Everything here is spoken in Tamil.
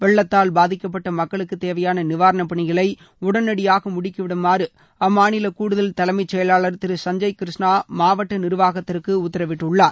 வெள்ளத்தால் பாதிக்கப்பட்ட மக்களுக்கு தேவையாள நிவாரணப் பணிகளை உடனடியாக முடிக்கிவிடுமாறு அம்மாநில கூடுதல் தலைமைச்செயலாளர் திரு சஞ்சப் கிருஷ்ணா மாவட்ட நிர்வாகத்திற்கு உத்தரவிட்டுள்ளார்